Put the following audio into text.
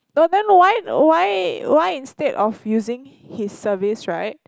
but then why why why instead of using his service right